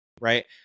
Right